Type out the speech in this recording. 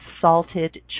salted